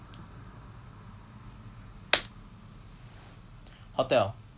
hotel